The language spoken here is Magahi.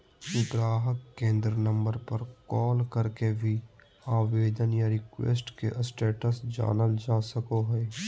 गाहक केंद्र नम्बर पर कॉल करके भी आवेदन या रिक्वेस्ट के स्टेटस जानल जा सको हय